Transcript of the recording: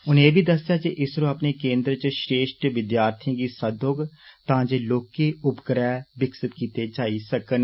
उनें ए बी दस्सेआ जे इसरो अपने केन्द्र च श्रेश्ठ विद्यार्थिएं गी सद्वोग तां जे लौहके उपगृह विकसित कीते जाई सकन